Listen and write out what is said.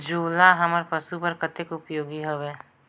अंजोला हमर पशु बर कतेक उपयोगी हवे?